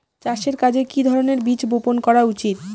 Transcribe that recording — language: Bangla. চাষের কাজে কি ধরনের বীজ বপন করা উচিৎ?